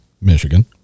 Michigan